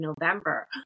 November